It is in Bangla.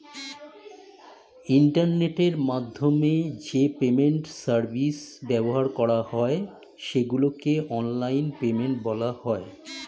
ইন্টারনেটের মাধ্যমে যে পেমেন্ট সার্ভিস ব্যবহার করা হয় সেগুলোকে অনলাইন পেমেন্ট বলা হয়